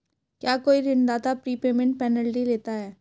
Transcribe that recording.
क्या कोई ऋणदाता प्रीपेमेंट पेनल्टी लेता है?